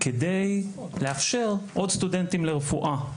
כדי לאפשר עוד סטודנטים לרפואה.